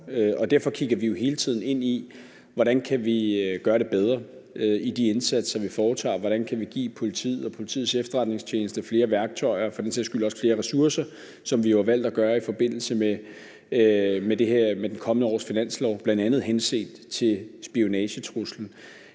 og derfor kigger vi jo hele tiden ind i, hvordan vi kan gøre det bedre med de indsatser, vi foretager. Hvordan kan vi give politiet og Politiets Efterretningstjeneste flere værktøjer – og for den sags skyld også flere ressourcer – som vi jo har valgt at gøre i forbindelse med det kommende års finanslov, bl.a. henset til spionagetruslen.